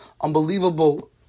unbelievable